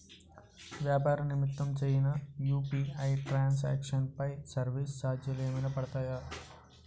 వ్యాపార నిమిత్తం చేసిన యు.పి.ఐ ట్రాన్ సాంక్షన్ పై సర్వీస్ చార్జెస్ ఏమైనా పడతాయా?